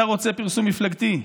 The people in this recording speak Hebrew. אתה רוצה פרסום מפלגתי,